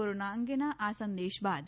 corona અંગેના આ સંદેશ બાદ